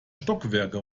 stockwerke